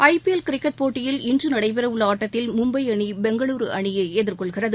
IPL cricket போட்டியில் இன்று நடைபெறவுள்ள ஆட்டத்தில் மும்பை அணி பெங்களூரு அணியை எதிர்கொள்கிறது